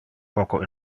poco